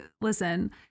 listen